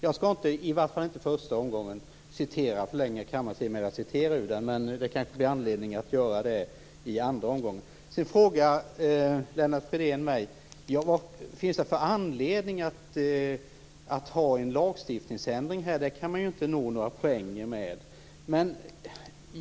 Jag skall i vart fall inte i den första repliken ta upp kammarens tid med att citera, men det blir kanske anledning att göra det i den andra repliken. Lennart Fridén frågar mig vidare: Vad finns det för anledning att genomföra en ändring av lagstiftningen här? Det kan man ju inte vinna några poäng på.